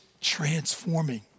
transforming